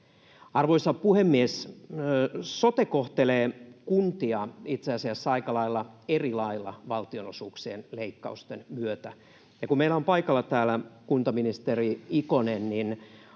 Arvoisa puhemies! Sote kohtelee kuntia itse asiassa aika lailla eri lailla valtionosuuksien leikkausten myötä. Kun meillä on paikalla täällä kuntaministeri Ikonen, niin